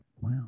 Wow